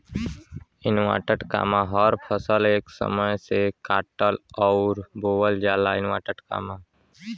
हर फसल एक समय से काटल अउर बोवल जाला